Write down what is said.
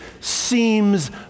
seems